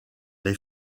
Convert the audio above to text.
les